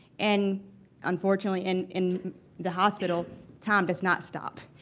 and unfortunately, and in the hospital time does not stop.